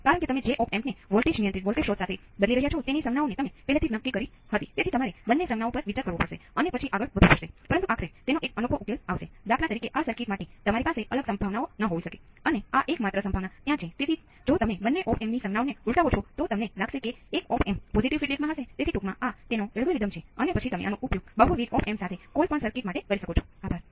કારણ કે અત્યાર સુધી આપણે પહેલા ક્રમના વિકલન સમીકરણો એ બીજું કંઇ નથી પરંતુ તે પ્રથમ ક્રમના વિકલન સમીકરણને અનુસરે છે